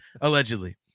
allegedly